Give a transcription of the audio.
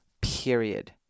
period